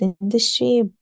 industry